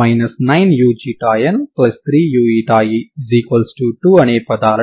దీని యొక్క ఉత్పన్నాలు కూడా కంటిన్యూస్ అవ్వాలి ut ut నాకు gx00 అనే ఈ షరతును ఇస్తుంది